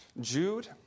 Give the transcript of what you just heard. Jude